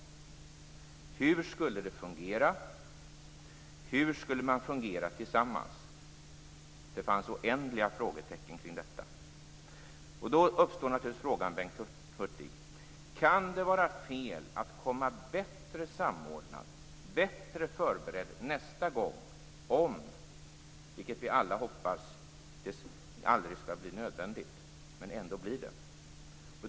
Hur skulle det hela fungera? Hur skulle man fungera tillsammans? Det fanns oändliga frågetecken kring detta. Då uppstår naturligtvis frågan, Bengt Hurtig, om det kan vara fel att komma bättre samordnad, bättre förberedd nästa gång om det blir nödvändigt - vilket vi alla hoppas det aldrig skall bli.